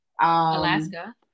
Alaska